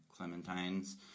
clementines